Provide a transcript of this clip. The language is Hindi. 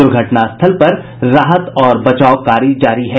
दुर्घटनास्थल पर राहत और बचाव कार्य जारी है